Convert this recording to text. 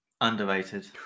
Underrated